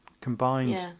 combined